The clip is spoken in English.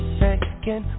second